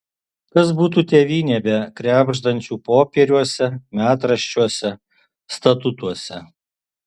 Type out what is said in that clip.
kas būtų tėvynė be krebždančių popieriuose metraščiuose statutuose